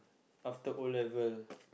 after O level